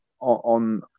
on